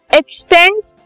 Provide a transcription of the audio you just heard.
extends